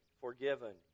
forgiven